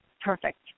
perfect